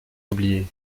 oubliés